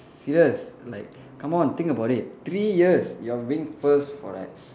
serious like come on think about it three years you are being first for like